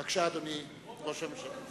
בבקשה, אדוני ראש הממשלה.